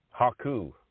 Haku